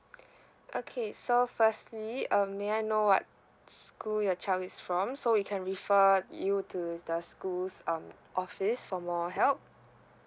okay so firstly um may I know what school your child is from so we can refer you to the schools um office for more help